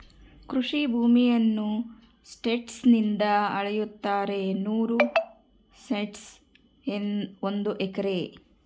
ಕೃಷಿ ಭೂಮಿಯನ್ನು ಸೆಂಟ್ಸ್ ನಿಂದ ಅಳೆಯುತ್ತಾರೆ ನೂರು ಸೆಂಟ್ಸ್ ಒಂದು ಎಕರೆ